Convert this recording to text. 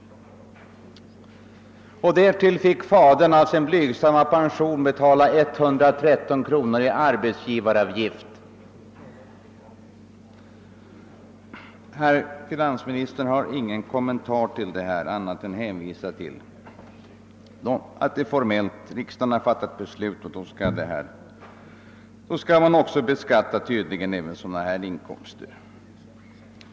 Därtill fick fadern av sin blygsamma pension betala 113 kronor i arbetsgivaravgift. Herr finansministern har ingen kommentar till detta utan hänvisar endast till att riksdagen fattat beslut, och då skall tydligen även sådana här inkomster beskattas.